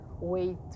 wait